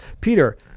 Peter